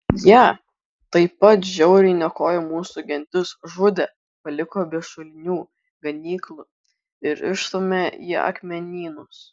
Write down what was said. jie taip pat žiauriai niokojo mūsų gentis žudė paliko be šulinių ganyklų ir išstūmė į akmenynus